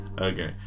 Okay